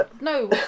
No